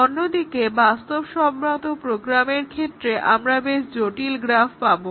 অন্যদিকে বাস্তবসম্মত প্রোগ্রামের ক্ষেত্রে আমরা বেশ জটিল গ্রাফ পাবো